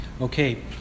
Okay